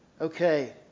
Okay